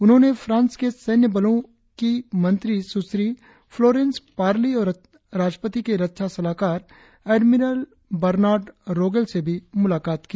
उन्होंने फ्रांस के सैन्य बलों की मंत्री सुश्री फ्लारेंस पार्ली और राष्ट्रपति के रक्षा सलाहकार एडमिरल बर्नाड रोगेल से भी मुलाकात की